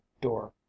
door